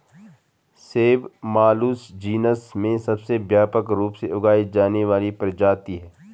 सेब Malus genus में सबसे व्यापक रूप से उगाई जाने वाली प्रजाति है